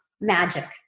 Magic